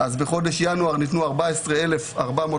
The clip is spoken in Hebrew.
בחודש ינואר ניתנו 14,457,